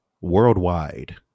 Worldwide